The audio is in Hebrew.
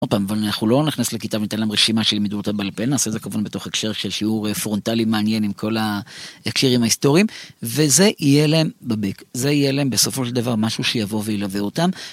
אנחנו לא נכנס לכיתה וניתן להם רשימה שילמדו אותה בעל פה, נעשה את זה כמובן בתוך הקשר של שיעור פרונטלי מעניין עם כל ההקשרים ההיסטוריים וזה יהיה להם בבק, זה יהיה להם בסופו של דבר משהו שיבוא וילווה אותם.